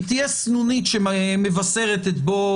היא תהיה סנונית שמבשרת את בוא